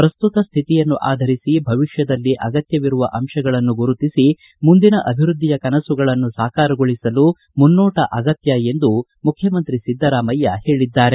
ಪ್ರಸ್ತುತ ಸ್ಥಿತಿಯನ್ನು ಆಧರಿಸಿ ಭವಿಷ್ಠದಲ್ಲಿ ಅಗತ್ಯವಿರುವ ಅಂಶಗಳನ್ನು ಗುರುತಿಸಿ ಮುಂದಿನ ಅಭಿವೃದ್ದಿಯ ಕನಸುಗಳನ್ನು ಸಾಕಾರಗೊಳಸಲು ಮುನ್ನೋಟ ಅಗತ್ಯವೆಂದು ಮುಖ್ಯಮಂತ್ರಿ ಸಿದ್ದರಾಮಯ್ಯ ಹೇಳಿದ್ದಾರೆ